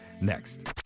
next